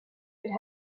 would